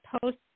post